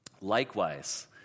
Likewise